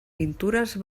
pintures